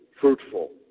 fruitful